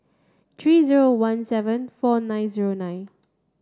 three zero one seven four nine zero nine